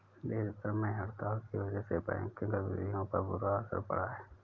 देश भर में हड़ताल की वजह से बैंकिंग गतिविधियों पर बुरा असर पड़ा है